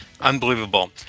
unbelievable